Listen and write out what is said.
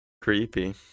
Creepy